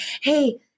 Hey